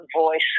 voice